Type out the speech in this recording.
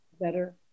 better